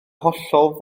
hollol